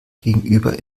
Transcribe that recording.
gegenüber